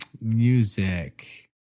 Music